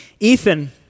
Ethan